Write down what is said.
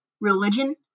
religion